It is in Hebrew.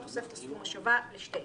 מה זאת אומרת?